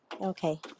Okay